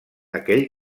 aquell